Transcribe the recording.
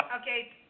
Okay